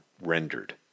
rendered